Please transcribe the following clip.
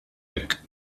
hekk